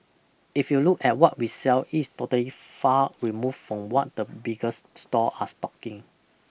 if you look at what we sell it's today far removed from what the biggers store are stocking